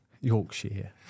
Yorkshire